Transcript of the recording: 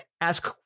ask